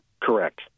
Correct